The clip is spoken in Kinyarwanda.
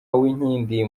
uwinkindi